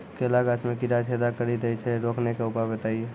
केला गाछ मे कीड़ा छेदा कड़ी दे छ रोकने के उपाय बताइए?